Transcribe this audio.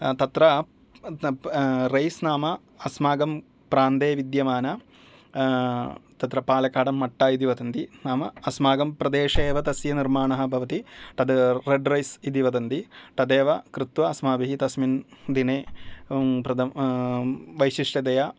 तत्र रैस् नाम अस्माकं प्रान्ते विद्यमानं तत्र पालक्कडं मट्टा इति वदन्ति नाम अस्माकं प्रदेशे एव तस्य निर्माणं भवति तत् रेड् रैस् इति वदन्ति तदेव कृत्वा अस्माभिः तस्मिन् दिने प्रथमम् विशिष्टतया